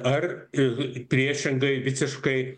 ar ir priešingai visiškai